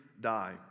die